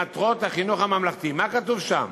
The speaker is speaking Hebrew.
במטרות החינוך הממלכתי, מה כתוב שם?